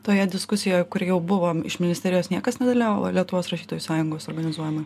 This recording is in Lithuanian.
toje diskusijoje kur jau buvom iš ministerijos niekas nedalyvavo lietuvos rašytojų sąjungos organizuojamoj